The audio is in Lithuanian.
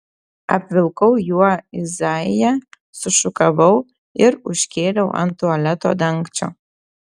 apvilkau juo izaiją sušukavau ir užkėliau ant tualeto dangčio